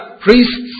Priests